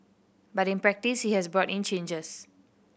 but in practice he has brought in changes